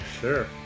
Sure